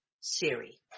Siri